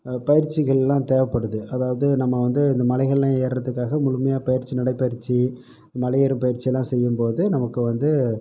பயிற்சிகளெலாம் தேவைப்படுது அதாவது நம்ம வந்து இந்த மலைகளெலாம் ஏறதுக்காக முழுமையாக பயிற்சி நடைப்பயிற்சி மலையேறும் பயிற்சியெலாம் செய்யும்போது நமக்கு வந்து